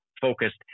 focused